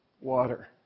water